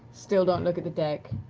still don't look at the deck.